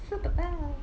superpower